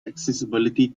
accessibility